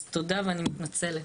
אז תודה ואני מתנצלת.